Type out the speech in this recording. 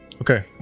Okay